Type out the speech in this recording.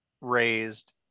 raised